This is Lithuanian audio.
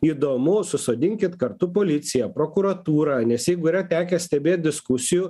įdomu susodinkit kartu policiją prokuratūrą nes jeigu yra tekę stebėt diskusijų